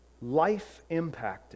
life-impacting